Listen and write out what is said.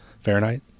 Fahrenheit